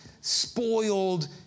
spoiled